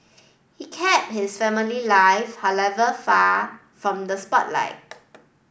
he kept his family life however far from the spotlight